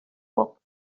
pop